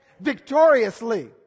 Victoriously